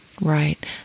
Right